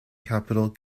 capital